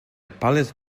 pallet